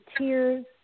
tears